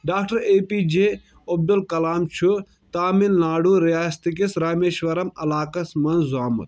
doctor A P J Abdul Kalam چھُ تامِل ناڈوٗ رِیاستہٕ کِس رامیٚشورَم علاقعَس منٛز زامُت